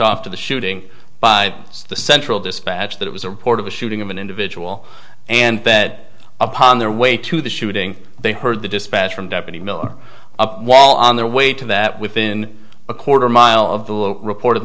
off to the shooting by the central dispatch that it was a report of a shooting of an individual and that upon their way to the shooting they heard the dispatch from deputy miller up while on their way to that within a quarter mile of the reported